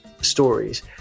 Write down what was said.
stories